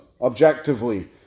objectively